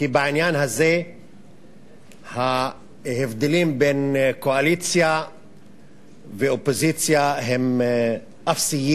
כי בעניין הזה ההבדלים בין קואליציה ואופוזיציה הם אפסיים,